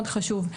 מאוד חשוב,